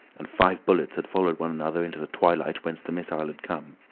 and five bullets had followed one another into the twilight whence the missile had come.